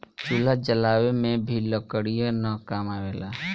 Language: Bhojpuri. चूल्हा जलावे में भी लकड़ीये न काम आवेला